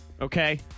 Okay